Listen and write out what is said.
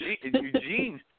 Eugene